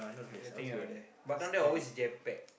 the thing around there but down there always jam packed